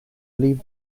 leave